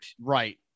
Right